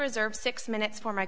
reserve six minutes for my